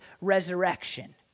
resurrection